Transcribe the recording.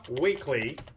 weekly